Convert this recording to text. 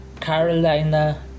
Carolina